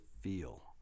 feel